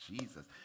Jesus